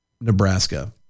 Nebraska